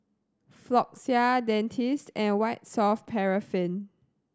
Floxia Dentiste and White Soft Paraffin